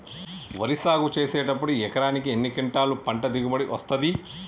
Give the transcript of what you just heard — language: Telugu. వరి సాగు చేసినప్పుడు ఎకరాకు ఎన్ని క్వింటాలు పంట దిగుబడి వస్తది?